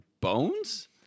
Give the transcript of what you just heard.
bones